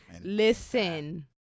listen